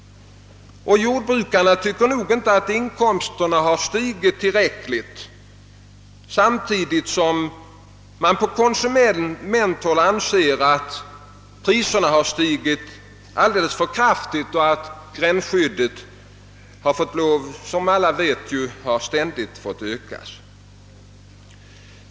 Jordbrukarna tycker nog inte att inkomsterna har stigit tillräckligt samtidigt som man på konsumenthåll anser att priserna har stigit alldeles för kraftigt, bl.a. därför att gränsskyddet, som alla vet, ständigt har fått ökas.